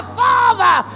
father